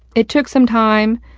it took some time.